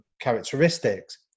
characteristics